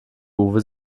uwe